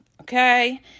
Okay